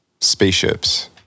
spaceships